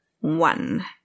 one